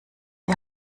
die